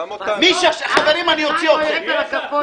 חברים, אני אוציא אתכם.